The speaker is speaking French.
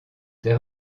des